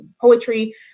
poetry